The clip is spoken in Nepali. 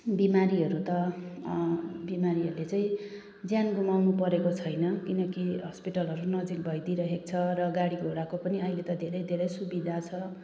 बिमारीहरू त बिमारीहरूले चाहिँ ज्यान गुमाउनुपरेको छैन किनकि हस्पिटलहरू नजिक भइदिई रहेको छ र गाडीघोडाको पनि अहिले त धेरै धेरै सुविधा छ